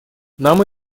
нам